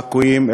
העכואים,